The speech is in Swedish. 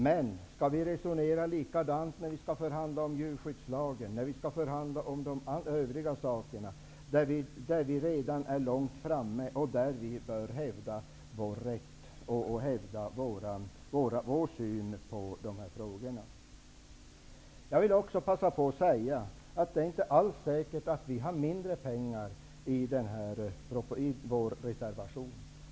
Men skall vi resonera på samma sätt när vi skall förhandla om djurskyddslagen och när vi skall förhandla om övriga frågor där vi i Sverige redan är långt framme och där vi bör hävda vår syn på dessa frågor? Jag vill också passa på att säga att det inte alls är säkert att vår reservation innebär mindre pengar.